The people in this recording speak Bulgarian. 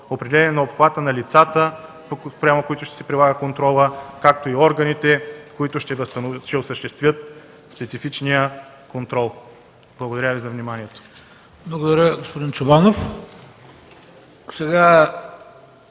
определяне на обхвата на лицата, спрямо които ще се прилага контрола, както и органите, които ще осъществят специфичния контрол. Благодаря Ви за вниманието. ПРЕДСЕДАТЕЛ ХРИСТО